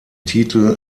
titel